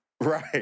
Right